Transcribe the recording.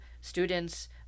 students